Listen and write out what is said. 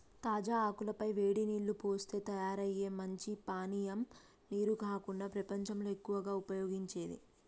తాజా ఆకుల పై వేడి నీల్లు పోస్తే తయారయ్యే మంచి పానీయం నీరు కాకుండా ప్రపంచంలో ఎక్కువగా ఉపయోగించేది